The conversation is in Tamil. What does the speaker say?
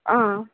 ஆ